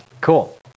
Cool